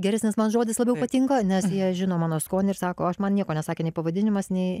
geresnis man žodis labiau patinka nes jie žino mano skonį ir sako aš man nieko nesakė nei pavadinimas nei